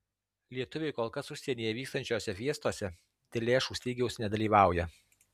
lietuviai kol kas užsienyje vykstančiose fiestose dėl lėšų stygiaus nedalyvauja